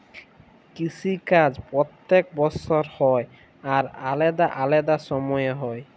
কিসি কাজ প্যত্তেক বসর হ্যয় আর আলেদা আলেদা সময়ে হ্যয়